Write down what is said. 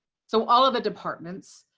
so all of the departments,